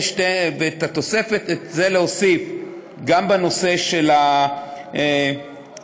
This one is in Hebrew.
את התוספת יש להוסיף גם בנושא של עובדי